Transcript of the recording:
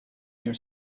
your